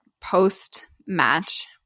post-match